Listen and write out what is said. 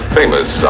famous